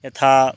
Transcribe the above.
यथा